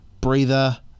breather